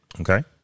Okay